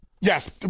Yes